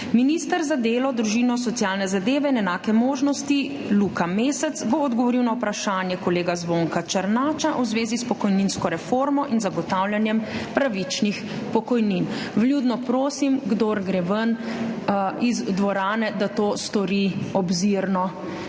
Minister za delo, družino, socialne zadeve in enake možnosti Luka Mesec bo odgovoril na vprašanje kolega Zvonka Černača v zvezi s pokojninsko reformo in zagotavljanjem pravičnih pokojnin. Vljudno prosim, kdor gre ven iz dvorane, da to stori obzirno,